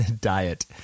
diet